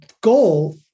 goal